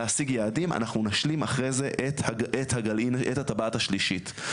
להשיג יעדים אנחנו נשלים אחרי זה את הטבעת השלישית.